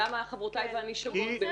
למה חברותי ואני שוגות?